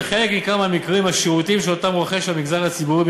בחלק ניכר מהמקרים השירותים שהמגזר הציבורי רוכש